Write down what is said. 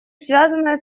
связанные